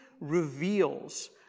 reveals